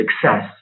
success